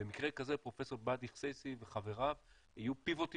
במקרה כזה פרופ' באדי חסייסי וחבריו יהיו פיבוטים